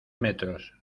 metros